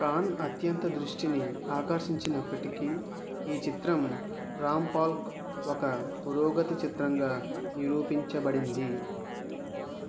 ఖాన్ అత్యంత దృష్టిని ఆకర్షించినప్పటికీ ఈ చిత్రం రాంపాల్కు ఒక పురోగతి చిత్రంగా నిరూపించబడింది